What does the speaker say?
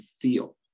feel